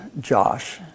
Josh